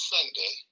Sunday